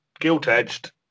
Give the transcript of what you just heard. guilt-edged